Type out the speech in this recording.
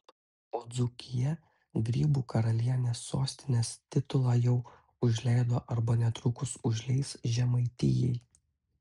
o dzūkija grybų karalienės sostinės titulą jau užleido arba netrukus užleis žemaitijai